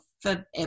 forever